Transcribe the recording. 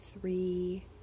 three